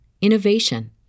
innovation